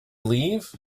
leave